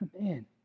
Man